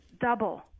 double